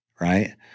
right